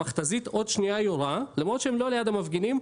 המכת"זית עוד שנייה יורה" למרות שהם לא ליד המפגינים.